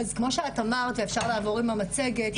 אז כמו שאת אמרת אפשר לעבור עם המצגת,